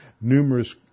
numerous